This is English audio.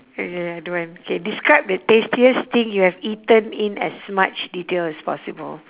K K I don't want K describe the tastiest thing you have eaten in as much detail as possible